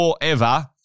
forever